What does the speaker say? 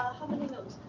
many nodes?